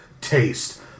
Taste